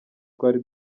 twari